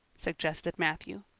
suggested matthew.